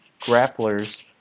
grapplers